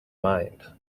mind